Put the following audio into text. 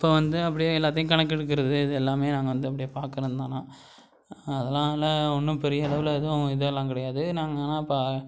இப்போ வந்து அப்படியே எல்லாத்தையும் கணக்கெடுக்கிறது இது எல்லாமே நாங்கள் வந்து அப்படியே பார்க்கறேன் தான் நான் அதனால் ஒன்றும் பெரிய அளவில் எதுவும் இதெல்லாம் கிடையாது நாங்கள் ஆனால் பா